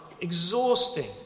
Exhausting